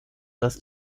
dass